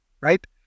right